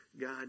God